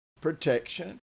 protection